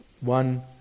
one